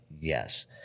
yes